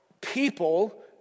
people